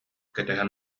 кэтэһэн